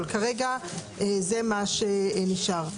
אבל כרגע זה מה שנשאר.